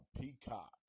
Peacock